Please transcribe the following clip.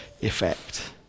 effect